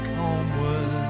homeward